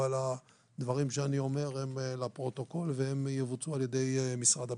אבל הדברים שאני אומר הם לפרוטוקול והם יבוצעו על ידי משרד הביטחון.